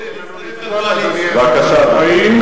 בבקשה, אדוני.